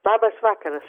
labas vakaras